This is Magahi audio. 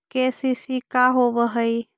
के.सी.सी का होव हइ?